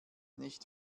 nicht